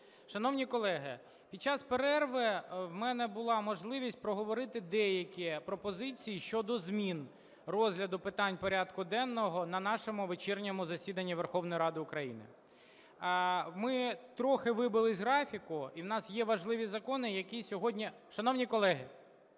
Шановні колеги, під час перерви у мене була можливість проговорити деякі пропозиції щодо змін розгляду питань порядку денного на нашому вечірньому засіданні Верховної Ради України. Ми трохи вибились із графіку, і у нас є важливі закони, які сьогодні… Шановні колеги!